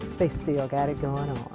they still got it goin' on.